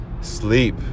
sleep